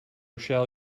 shall